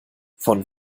von